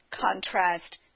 contrast